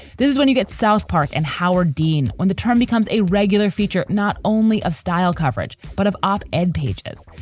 there is when you get southpark and howard dean, when the term becomes a regular feature not only of style coverage, but of op ed pages.